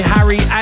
Harry